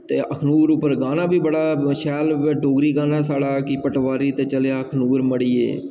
ते अखनूर उप्पर गाना बी बड़ा शैल ऐ डोगरी गाना ऐ साढ़ा कि पटवारी ते चलेआ अखनूर मड़िये